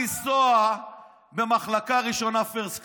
לנסוע במחלקה ראשונה, first class?